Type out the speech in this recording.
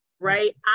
right